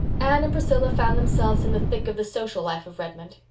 anne and priscilla found themselves in the thick of the social life of redmond.